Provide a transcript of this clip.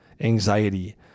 anxiety